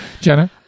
jenna